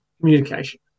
communication